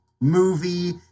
movie